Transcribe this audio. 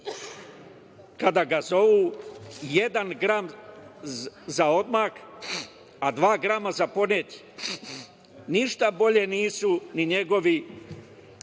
kada ga zovu „jedan gram za odmah, a dva grama za poneti“. Ništa bolje nisu ni njegove